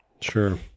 Sure